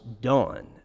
done